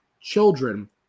children